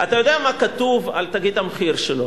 אתה יודע מה כתוב על תגית המחיר שלו.